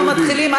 אנחנו מתחילים,